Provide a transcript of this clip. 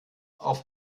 auf